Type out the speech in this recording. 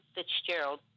Fitzgerald